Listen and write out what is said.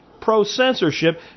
pro-censorship